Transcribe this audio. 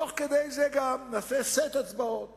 תוך כדי זה גם נעשה סט הצבעות